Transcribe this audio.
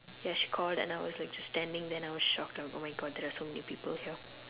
ya she called and I was like just standing then I was shocked like oh my god there are so many people here